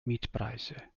mietpreise